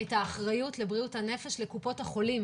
את האחריות לבריאות הנפש לקופות החולים